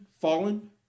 Fallen